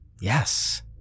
Yes